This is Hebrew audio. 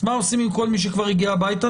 מה עושים עם כל מי שכבר הגיע הביתה?